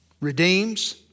redeems